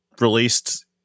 released